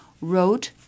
wrote